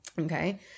Okay